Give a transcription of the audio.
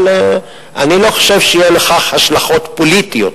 אבל אני לא חושב שיהיו לכך השלכות פוליטיות